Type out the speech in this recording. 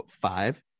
five